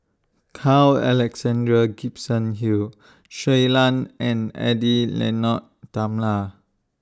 Carl Alexander Gibson Hill Shui Lan and Edwy Lyonet Talma